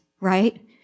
right